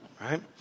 right